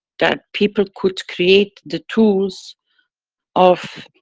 that people could create the tools of